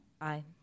Aye